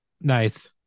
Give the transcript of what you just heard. Nice